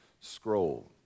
scroll